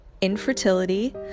infertility